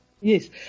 Yes